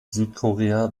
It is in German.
südkorea